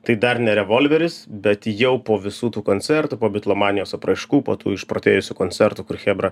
tai dar ne revolveris bet jau po visų tų koncertų po bitlomanijos apraiškų po tų išprotėjusių koncertų kur chebra